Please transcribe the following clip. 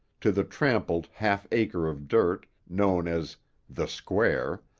to the trampled half-acre of dirt, known as the square,